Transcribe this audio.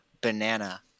banana